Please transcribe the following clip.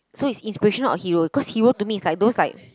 so inspirational not hero cause hero to me is like those like